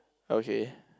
okay